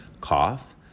cough